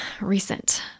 recent